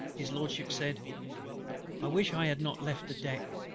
his lordship said i wish i had not left the deck,